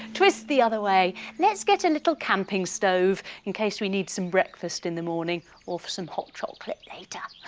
twist the other way. let's get a little camping stove in case we need some breakfast in the morning or for some hot chocolate later.